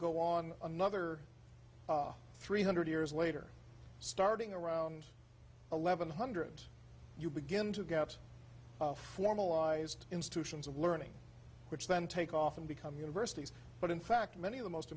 go on another three hundred years later starting around eleven hundred you begin to get out formalized institutions of learning which then take off and become universities but in fact many of the most